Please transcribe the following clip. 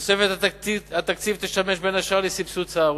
תוספת התקציב תשמש בין השאר לסבסוד צהרונים,